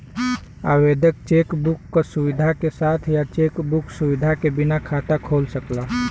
आवेदक cheque book क सुविधा के साथ या चेक बुक सुविधा के बिना खाता खोल सकला